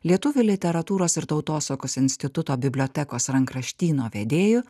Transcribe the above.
lietuvių literatūros ir tautosakos instituto bibliotekos rankraštyno vedėju